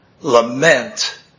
lament